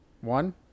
One